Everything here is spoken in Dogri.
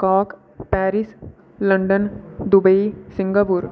Kock Paris London Dubai Singapore